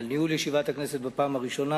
על ניהול ישיבת הכנסת בפעם הראשונה.